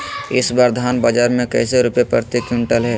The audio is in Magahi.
इस बार धान बाजार मे कैसे रुपए प्रति क्विंटल है?